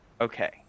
okay